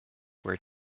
wear